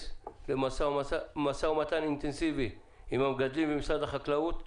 למשא ומתן אינטנסיבי עם המגדלים ועם משרד החקלאות.